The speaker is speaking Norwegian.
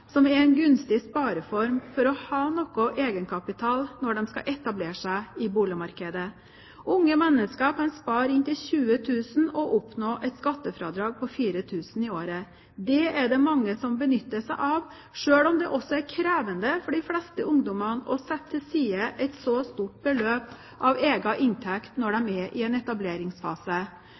som er en gunstig spareform for å ha noe egenkapital når de skal etablere seg i boligmarkedet. Unge mennesker kan spare inntil 20 000 kr og oppnå et skattefradrag på 4 000 kr i året. Det er det mange som benytter seg av, selv om det også er krevende for de fleste ungdommene å sette til side et så stort beløp av egen inntekt når de er i en etableringsfase.